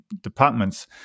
departments